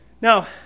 Now